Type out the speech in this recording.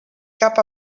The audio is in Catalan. cap